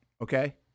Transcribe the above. Okay